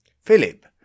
Philip